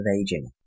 aging